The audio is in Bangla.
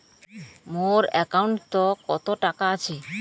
মোর একাউন্টত কত টাকা আছে?